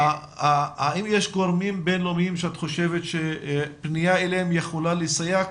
האם יש גורמים בין-לאומיים שאת חושבת שפנייה אליהם יכולה לסייע כאן,